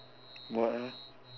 what ah